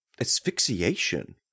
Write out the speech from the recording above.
Asphyxiation